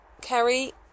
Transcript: Kerry